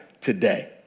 today